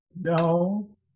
No